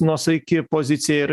nuosaiki pozicija ir